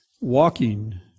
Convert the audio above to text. Walking